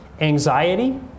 anxiety